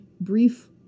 brief